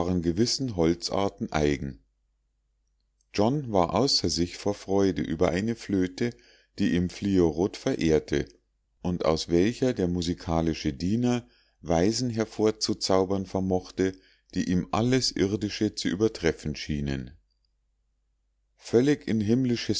gewissen holzarten eigen john war außer sich vor freude über eine flöte die ihm fliorot verehrte und aus welcher der musikalische diener weisen hervorzuzaubern vermochte die ihm alles irdische zu übertreffen schienen völlig in himmlische